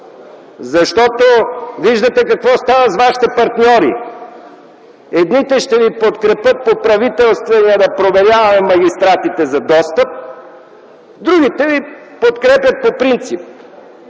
защото виждате какво става с вашите партньори. Едните ще ви подкрепят по правителствения проект да проверяваме магистратите за достъп, другите ви подкрепят по принцип,